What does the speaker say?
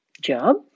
job